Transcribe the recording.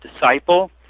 disciple